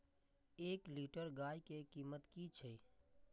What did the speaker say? एक लीटर गाय के कीमत कि छै?